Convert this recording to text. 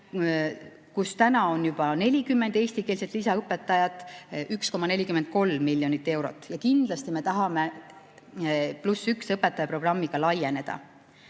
kus täna on juba 40 eestikeelset lisaõpetajat, 1,43 miljonit eurot. Kindlasti me tahame "+1 õpetaja" programmi laiendada.